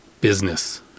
business